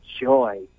joy